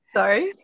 Sorry